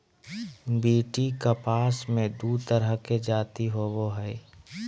BT कपास मे दू तरह के जाति होबो हइ